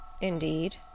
Indeed